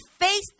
face